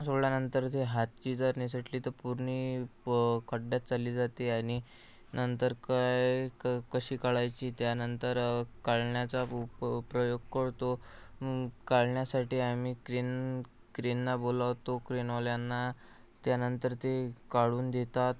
सोडल्यानंतर हातची जर निसटली तर पूर्ण प खड्ड्यात चालली जाते आणि नंतर काय क कशी काढायची त्यानंतर काळण्याचा प प प्रयोग कळतो काळण्यासाठी आम्ही क्रेन क्रेनना बोलवतो क्रेनवाल्यांना त्यानंतर ते काढून देतात